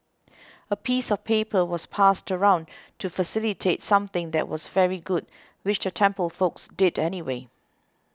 a piece of paper was passed around to facilitate something that was very good which the temple folks did anyway